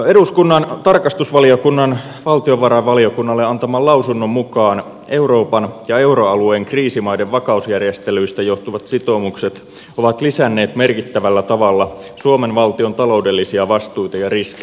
eduskunnan tarkastusvaliokunnan valtiovarainvaliokunnalle antaman lausunnon mukaan euroopan ja euroalueen kriisimaiden vakausjärjestelyistä johtuvat sitoumukset ovat lisänneet merkittävällä tavalla suomen valtion taloudellisia vastuita ja riskejä